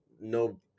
no